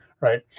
right